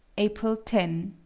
april ten,